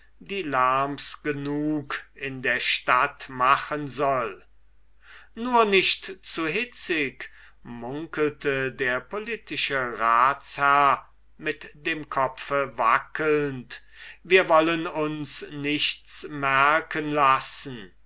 die lerms genug in der stadt machen soll nur nicht zu hitzig munkelte der politische ratsherr mit dem kopf wackelnd wir wollen uns nichts merken lassen